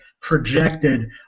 projected